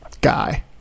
guy